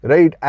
Right